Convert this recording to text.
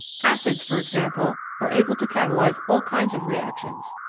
acids, for example, are able to catalyse all kinds of reactions.